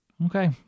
Okay